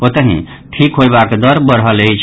ओतहि ठीक होयबाक दर बढ़ल अछि